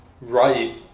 right